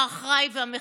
האחראי והמכבד.